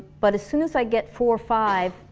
but as soon as i get four-five,